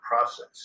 process